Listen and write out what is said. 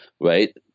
right